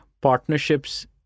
partnerships